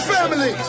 Family